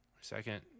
Second